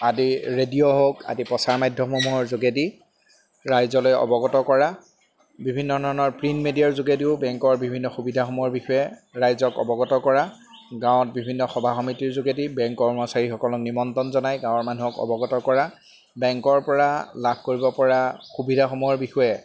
আদি ৰেডিঅ' হওক আদি প্ৰচাৰ মাধ্যমসমূহৰ যোগেদি ৰাইজলৈ অৱগত কৰা বিভিন্ন ধৰণৰ প্ৰিণ্ট মেডিয়াৰ যোগেদিও বেংকৰ বিভিন্ন সুবিধাসমূহৰ বিষয়ে ৰাইজক অৱগত কৰা গাঁৱত বিভিন্ন সভা সমিতিৰ যোগেদি বেংক কৰ্মচাৰীসকলক নিমন্ত্ৰণ জনায় গাঁৱৰ মানুহক অৱগত কৰা বেংকৰ পৰা লাভ কৰিব পৰা সুবিধাসমূহৰ বিষয়ে